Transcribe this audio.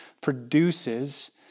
produces